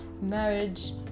marriage